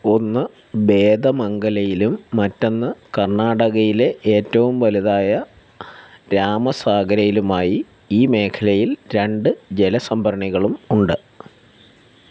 ഒന്ന് ബേതമംഗലയിലും മറ്റൊന്ന് കർണാടകയിലെ ഏറ്റവും വലുതായ രാമസാഗരയിലുമായി ഈ മേഖലയിൽ രണ്ട് ജലസംഭരണികളുമുണ്ട്